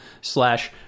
slash